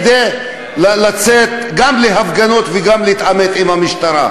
גם לצאת להפגנות וגם להתעמת עם המשטרה.